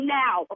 now